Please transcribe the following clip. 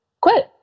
quit